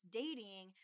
dating